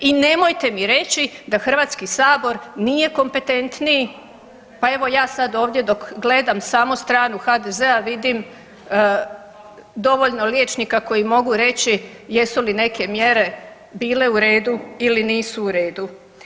I nemojte mi reći da Hrvatski sabor nije kompetentniji, pa evo ja sad ovdje dok gledam samo stranu HDZ-a vidim dovoljno liječnika koji mogu reći jesu li neke mjere bile u redu ili nisu u redu.